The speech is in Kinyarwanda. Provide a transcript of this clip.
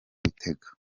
bitega